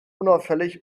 unauffällig